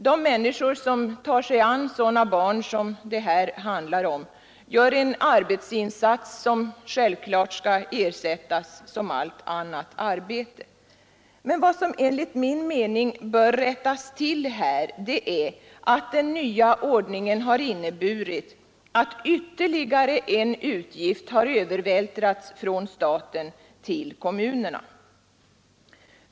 De människor som tar sig an sådana barn som det här handlar om gör en arbetsinsats som naturligtvis skall ersättas som allt annat arbete. Men vad som enligt min mening bör rättas till här är att den nya ordningen har inneburit att ytterligare en utgift har övervältrats från staten till kommunerna.